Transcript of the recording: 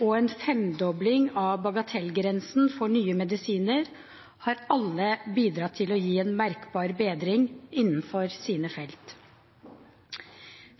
og en femdobling av bagatellgrensen for nye medisiner har alle bidratt til å gi en merkbar bedring innenfor sine felt.